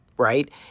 Right